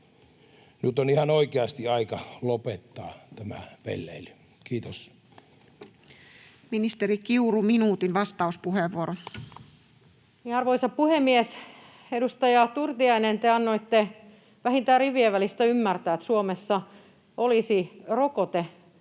Nyt on ihan oikeasti aika lopettaa tämä pelleily. — Kiitos. Ministeri Kiuru, minuutin vastauspuheenvuoro. Arvoisa puhemies! Edustaja Turtiainen, te annoitte vähintään rivien välistä ymmärtää, että Suomessa olisi tulossa